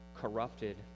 corrupted